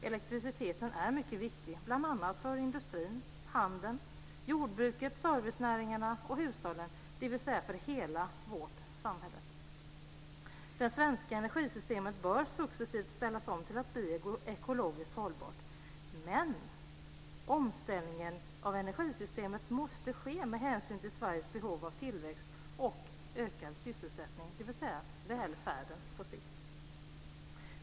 Elektriciteten är mycket viktig, bl.a. för industrin, handeln, jordbruket, servicenäringarna och hushållen, dvs. för hela vårt samhälle. Det svenska energisystemet bör successivt ställas om till att bli ekologiskt hållbart. Men omställningen av energisystemet måste ske med hänsyn till Sveriges behov av tillväxt och ökad sysselsättning, dvs. välfärden på sikt.